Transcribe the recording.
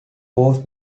was